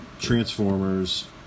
Transformers